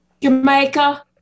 jamaica